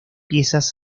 piezas